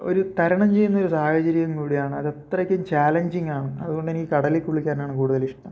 ഒരു തരണം ചെയ്യുന്നൊരു സാഹചര്യം കൂടിയാണ് അതത്രക്കും ചാലഞ്ചിങ്ങാണ് അത് കൊണ്ട് എനിക്ക് കടലിൽ കുളിക്കാനാണ് കൂടുതലിഷ്ടം